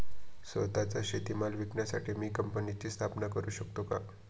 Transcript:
स्वत:चा शेतीमाल विकण्यासाठी मी कंपनीची स्थापना करु शकतो का?